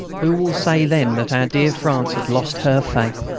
who will say then that our dear france has lost her faith?